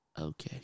Okay